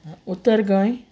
Uttar Goa